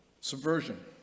Subversion